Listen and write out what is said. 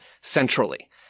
centrally